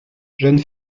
jeune